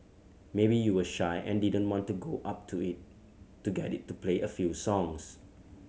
maybe you were shy and didn't want to go up to it to get it to play a few songs